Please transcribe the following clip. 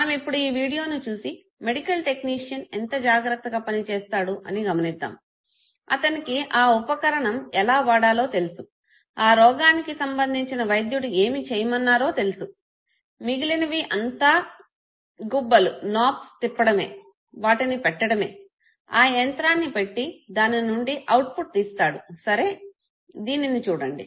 మనం ఇప్పుడు ఈ వీడియోని చూసి మెడికల్ టెక్నీషియన్ ఎంత జాగ్రత్తగా పని చేస్తాడు అని గమనిద్దాము అతనికి ఆ ఉపకరణం ఎలా వాడాలో తెలుసు ఆ రోగానికి సంబంధించిన వైద్యుడు ఏమి చేయమన్నారో తెలుసు మిగిలానివి అంతా గుబ్బలు తిప్పడమే వాటిని పెట్టడమే ఆ యంత్రాన్ని పెట్టి దాని నుండి ఔట్పుట్ తీస్తాడు సరే దీనిని చూడండి